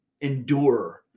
endure